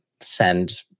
send